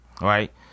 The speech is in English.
right